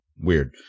Weird